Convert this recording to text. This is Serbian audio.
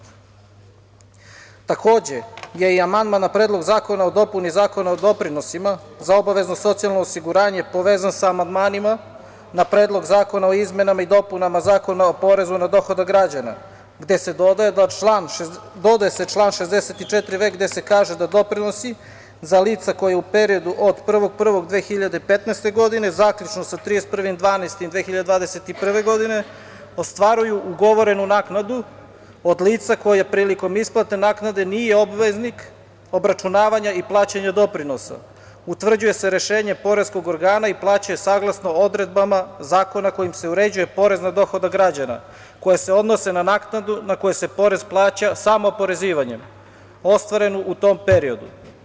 Takođe je i amandman na Predlog zakona o dopuni Zakona o doprinosima sa obavezno socijalno osiguranje povezan sa amandmanima na Predlog zakona o izmenama i dopunama Zakona o porezu na dohodak građana gde se dodaje član 64. v) gde se kaže da doprinosi za lica koja u periodu od 01.01.2015. godine zaključno sa 31.12.2021. godine ostvaruju ugovorenu naknadu od lica koja prilikom isplate naknade nije obveznik obračunavanja i plaćanja doprinosa, utvrđuje se rešenje poreskog organa i plaća saglasno odredbama zakona kojim se uređuje porez na dohodak građana, koje se odnose na naknadu na koje se porez plaća samo oporezivanjem, ostvaren u tom periodu.